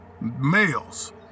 Males